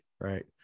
right